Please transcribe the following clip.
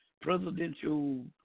presidential